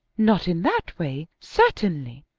not in that way certainly.